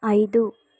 ಐದು